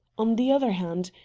on the other hand,